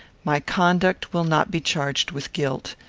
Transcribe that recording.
my conduct will not be charged with guilt.